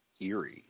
eerie